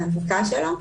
ההנפקה שלו,